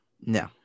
no